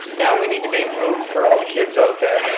we need to make room for all the kids out there.